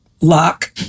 lock